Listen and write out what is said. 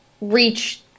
reach